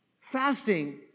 Fasting